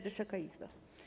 Wysoka Izbo!